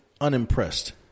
Unimpressed